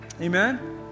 Amen